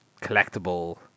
collectible